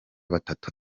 batatu